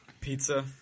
Pizza